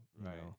Right